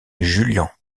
julian